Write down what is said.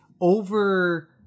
over